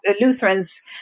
Lutherans